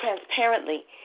transparently